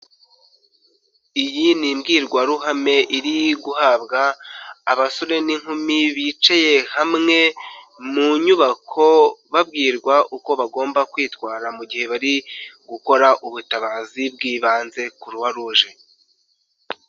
Iyi ni imbwirwaruhame iri guhabwa abasore n'inkumi bicaye hamwe mu nyubako babwirwa uko bagomba kwitwara mu gihe bari gukora ubutabazi bw'ibanze, Kuruwa ruje.